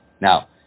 Now